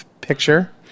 picture